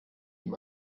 ihm